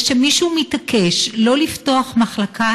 זה שמישהו מתעקש לא לפתוח מחלקה